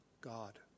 God